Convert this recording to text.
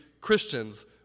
Christians